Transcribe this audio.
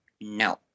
No